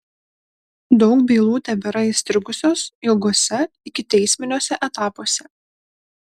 daug bylų tebėra įstrigusios ilguose ikiteisminiuose etapuose